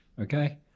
Okay